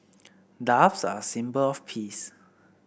doves are a symbol of peace